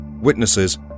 witnesses